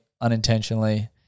unintentionally